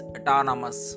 Autonomous